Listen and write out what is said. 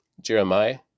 Jeremiah